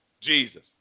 Jesus